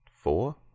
Four